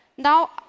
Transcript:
Now